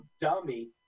dummy